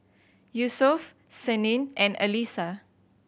Yusuf Senin and Alyssa